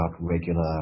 regular